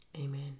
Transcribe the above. Amen